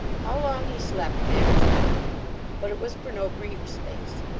how long he slept, matters not but it was for no brief space,